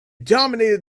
dominated